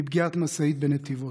מפגיעת משאית בנתיבות.